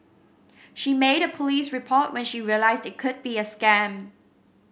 she made a police report when she realised it could be a scam